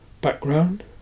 background